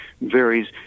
varies